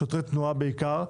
שוטרי תנועה בעיקר,